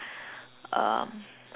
um